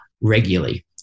regularly